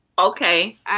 okay